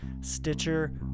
Stitcher